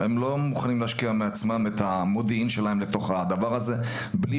הם לא מוכנים להשקיע את המודיעין שלהם בתוך הדבר הזה מבלי